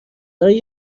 برای